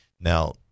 Now